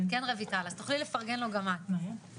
כן, רויטל, אז תוכלי לפרגן לו גם את.